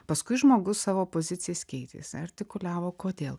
paskui žmogus savo pozicijas keitė jis artikuliavo kodėl